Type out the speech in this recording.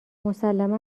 مسلما